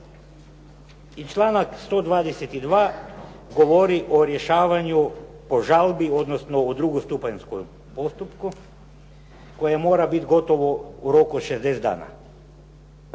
I članak 122. govori o rješavanju žalbi, odnosno o drugostupanjskom postupku koje mora biti gotovo u roku od 60 dana.